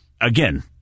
again